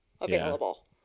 available